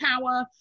power